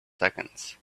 seconds